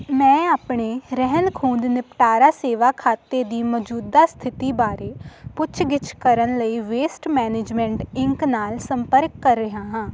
ਮੈਂ ਆਪਣੇ ਰਹਿੰਦ ਖੂੰਹਦ ਨਿਪਟਾਰਾ ਸੇਵਾ ਖਾਤੇ ਦੀ ਮੌਜੂਦਾ ਸਥਿਤੀ ਬਾਰੇ ਪੁੱਛਗਿੱਛ ਕਰਨ ਲਈ ਵੇਸਟ ਮੈਨੇਜਮੈਂਟ ਇੰਕ ਨਾਲ ਸੰਪਰਕ ਕਰ ਰਿਹਾ ਹਾਂ